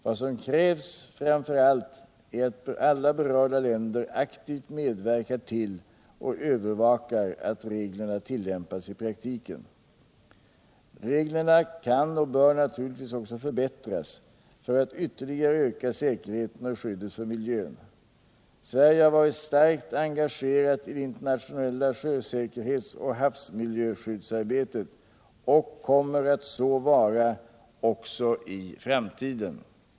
Vad som fram för allt krävs är att alla berörda länder aktivt medverkar till och övervakar att reglerna tillämpas i praktiken. Reglerna kan och bör naturligtvis också förbättras, för att ytterligare öka säkerheten och skyddet för miljön. Sverige har varit starkt engagerat I det internationella sjösäkerhets och havsmiljöskyddsarbetet och kommer alt så vara också i framtiden.